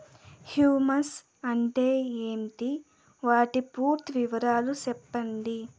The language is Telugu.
హ్యూమస్ అంటే ఏంటి? వాటి పూర్తి వివరాలు సెప్పండి?